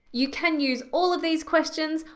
you can use all of these questions,